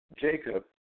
Jacob